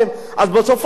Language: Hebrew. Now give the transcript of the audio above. אז בסופו של דבר,